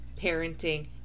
parenting